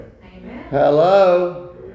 Hello